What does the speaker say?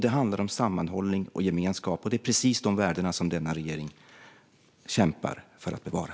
Det handlar om sammanhållning och gemenskap, och det är precis dessa värden som regeringen kämpar för att bevara.